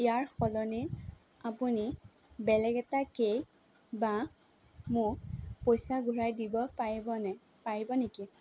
ইয়াৰ সলনি আপুনি বেলেগ এটা কেক বা মোক পইচা ঘূৰাই দিব পাৰিবনে পাৰিব নেকি